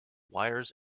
wires